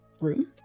room